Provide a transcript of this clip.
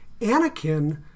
anakin